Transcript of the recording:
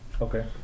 Okay